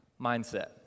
mindset